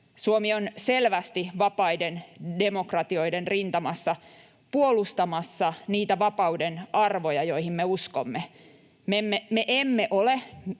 Suomi on selvästi vapaiden demokratioiden rintamassa puolustamassa niitä vapauden arvoja, joihin me uskomme. Me emme ole